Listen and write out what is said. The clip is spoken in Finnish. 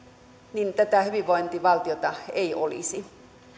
tätä hyvinvointivaltiota ei olisi näen että